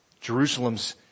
Jerusalem's